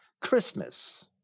Christmas